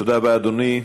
תודה רבה, אדוני.